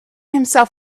himself